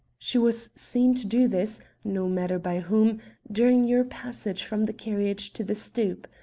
she was seen to do this no matter by whom during your passage from the carriage to the stoop.